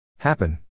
Happen